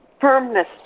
firmness